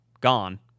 gone